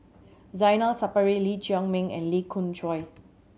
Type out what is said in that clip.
Zainal Sapari Lee Chiaw Meng and Lee Khoon Choy